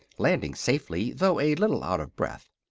landing safely though a little out of breath.